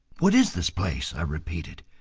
what is this place? i repeated,